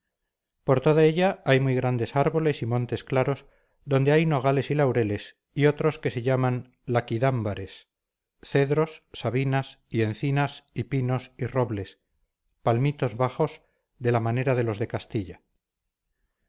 por toda ella hay muy grandes árboles y montes claros donde hay nogales y laureles y otros que se llaman liquidámbares cedros sabinas y encinas y pinos y robles palmitos bajos de la manera de los de castilla